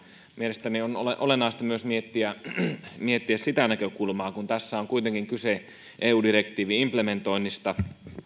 mielestäni on olennaista miettiä myös sitä näkökulmaa että kun tässä on kuitenkin kyse eu direktiivin implementoinnista